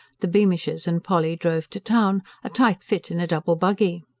the beamishes and polly drove to town a tight fit in a double buggy.